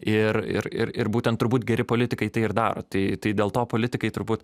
ir ir ir ir būtent turbūt geri politikai tai ir daro tai tai dėl to politikai turbūt